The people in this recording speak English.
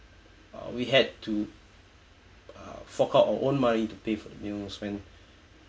uh we had to uh fork out our own money to pay for meals when